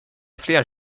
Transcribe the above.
fler